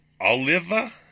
Oliva